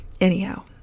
anyhow